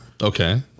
Okay